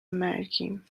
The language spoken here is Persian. مرگیم